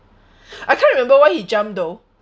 I can't remember why he jumped though